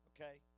okay